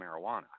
marijuana